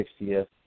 60th